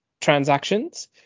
transactions